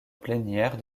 plénière